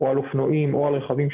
על אופנועים או על רכבים,